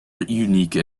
unique